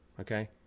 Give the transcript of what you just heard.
Okay